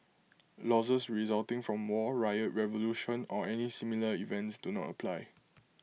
losses resulting from war riot revolution or any similar events do not apply